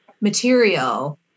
material